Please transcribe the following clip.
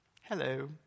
hello